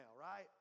right